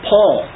Paul